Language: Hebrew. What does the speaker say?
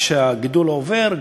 כשהגידול עובר,